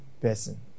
person